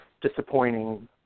disappointing